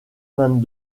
vingt